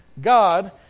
God